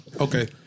Okay